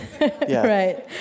Right